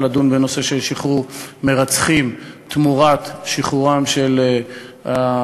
לדון בנושא של שחרור מרצחים תמורת שחרורם של החטופים,